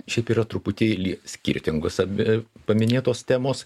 šiaip yra truputėlį skirtingos abi paminėtos temos